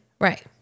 Right